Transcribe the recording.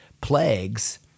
plagues